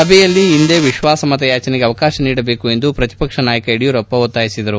ಸಭೆಯಲ್ಲಿ ಇಂದೇ ವಿಶ್ವಾಸಮತಯಾಚನೆಗೆ ಅವಕಾಶ ನೀಡಬೇಕು ಎಂದು ಪ್ರತಿಪಕ್ಷ ನಾಯಕ ಯಡಿಯೂರಪ್ಪ ಒತ್ತಾಯಿಸಿದರು